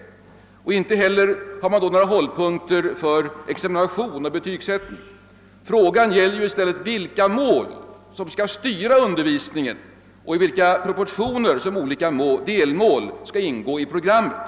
Inte heller har man då några hållpunkter för examination och betygssättning. Frågan gäller i stället vilka mål som skall styra undervisningen och i vilka proportioner olika delmål skall ingå i programmet.